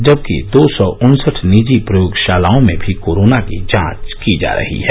जबकि दो सौ उन्सठ निजी प्रयोगशालाओं में भी कोरोना की जांच की जा रही हैं